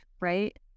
right